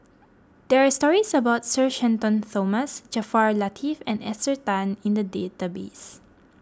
there are stories about Sir Shenton Thomas Jaafar Latiff and Esther Tan in the database